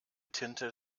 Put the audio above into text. tinte